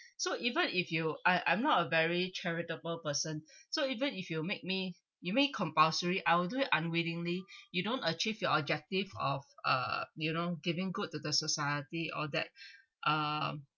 so even if you I I'm not a very charitable person so even if you make me you make it compulsory I'll do it unwillingly you don't achieve your objectives of uh you know giving good to the society all that um